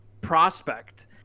prospect